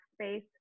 space